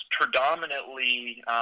predominantly –